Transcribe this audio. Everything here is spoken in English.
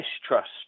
Distrust